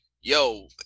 yo